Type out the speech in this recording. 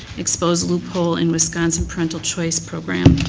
exposed loophole in wisconsin parental choice program.